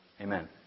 Amen